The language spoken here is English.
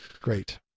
great